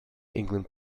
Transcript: england